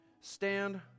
stand